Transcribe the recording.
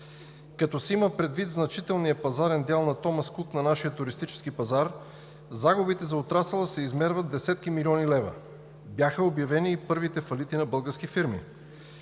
Като се има предвид значителният пазарен дял на „Томас Кук“ на нашия туристически пазар, загубите за отрасъла се измерват в десетки милиони лева. Бяха обявени и първите фалити на български фирми.